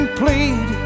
plead